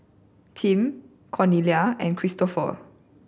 Tim Cornelia and Kristoffer